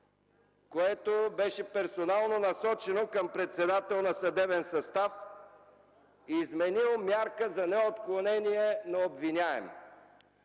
което беше персонално насочено към председател на съдебен състав, изменил мярка за неотклонение на обвиняем.